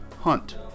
hunt